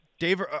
Dave